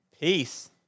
Peace